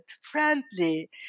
friendly